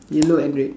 yellow and red